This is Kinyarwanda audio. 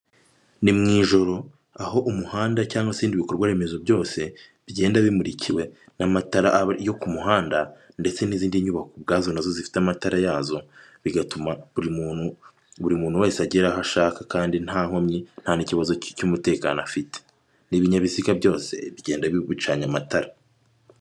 Ni mu ijoro aho umuhanda cyangwa ibindi bikorwa remezo byose bigenda bimurikiwe n'amatara yo ku muhanda ndetse n'izindi nyubako ubwazo nazo zifite amatara yazo bigatuma buri muntu wese agera aho ashaka kandi nta nkomyi nta n'ikibazo cy'umutekano afite n'ibinyabiziga byose bigenda biri gucana amatara .